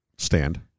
stand